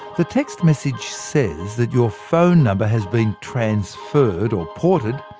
the text message says that your phone number has been transferred, or ported,